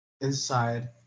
inside